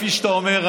כפי שאתה אומר,